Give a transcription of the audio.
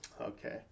okay